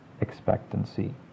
expectancy